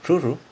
true true